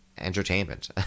entertainment